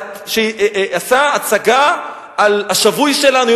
שעשה הצגה על השבוי שלנו,